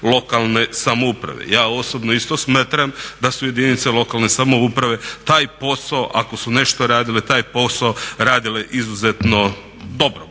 lokalne samouprave. Ja osobno isto smatram da su jedinice lokalne samouprave taj posao, ako su nešto radile, taj posao radile izuzetno dobro,